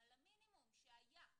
על המינימום שהיה.